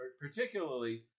particularly